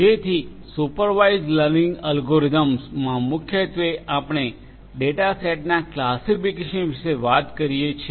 જેથી supervised learning એલ્ગોરિધમ્સમાં મુખ્યત્વે આપણે ડેટા સેટના ક્લાસિફિકેશન વિશે વાત કરીએ છીએ